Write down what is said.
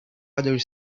other